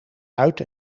uit